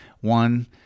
One